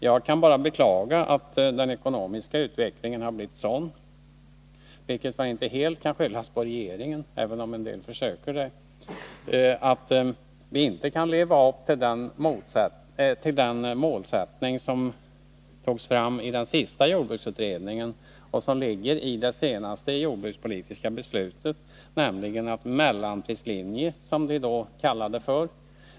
Jag kan bara beklaga att den ekonomiska utvecklingen blivit sådan — vilket man inte helt kan skylla på regeringen, även om en del försöker göra det — att vi inte kan leva upp till den målsättning som togs fram i den senaste jordbruksutredningen och som ingår i det senaste jordbrukspolitiska beslutet, nämligen mellanprislinjen, som vi då kallade den.